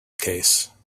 case